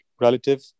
relative